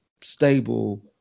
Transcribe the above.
stable